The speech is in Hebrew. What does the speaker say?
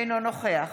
אינו נוכח